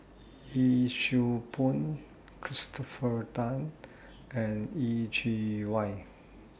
Yee Siew Pun Christopher Tan and Yeh Chi Wei